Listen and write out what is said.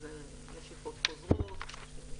שזה נשיכות חוזרות.